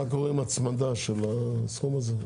מה קורה עם הצמדה של הסכום הזה?